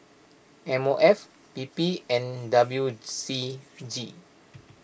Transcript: M O F P P and W C G